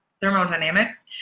thermodynamics